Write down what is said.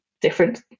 different